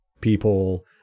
people